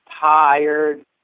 tired